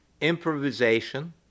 Improvisation